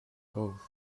cove